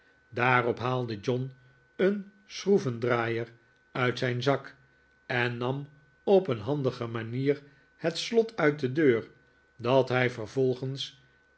daarop haalde john een schroevendraaier uit zijn zak en nam op een handige manier het slot uit de deur dat hij vervolgens